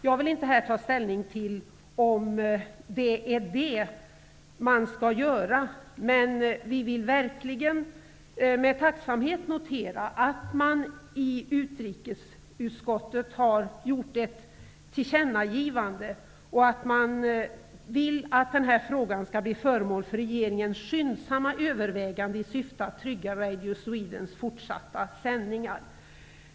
Jag vill inte här ta ställning till om det är det som man skall göra, men vi vill verkligen med tacksamhet notera att utrikesutskottet vill att riksdagen skall göra ett tillkännagivande och att man vill att den här frågan skall bli föremål för regeringens skyndsamma övervägande i syfte att trygga Radio Swedens fortsatta sändningar.